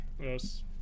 Yes